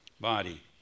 Body